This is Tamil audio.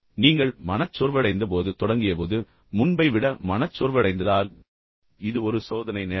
நீங்கள் மனச்சோர்வடைந்தபோது தொடங்கியபோது முன்பை விட மனச்சோர்வடைந்ததால் இது ஒரு சோதனை நேரம்